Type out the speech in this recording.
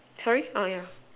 sorry err yeah